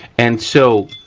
and so,